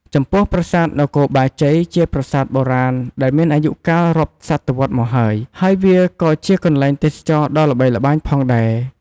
ចំពោះប្រាសាទនគរបាជ័យ ជាប្រាសាទបុរាណដែលមានអាយុកាលរាប់សតវត្សរ៍មកហើយ ហើយវាក៏ជាកន្លែងទេសចរណ៍ដ៏ល្បីល្បាញផងដែរ។